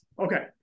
okay